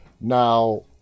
Now